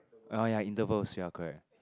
orh ya intervals ya correct